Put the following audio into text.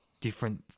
Different